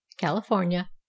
california